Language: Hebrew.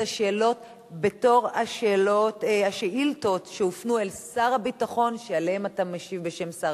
השאלות בתור השאילתות שהופנו אל שר הביטחון שעליהן אתה משיב בשם שר